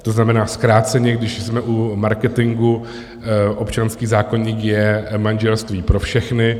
To znamená, zkráceně, když jsme u marketingu: občanský zákoník je manželství pro všechny.